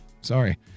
sorry